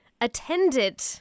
attended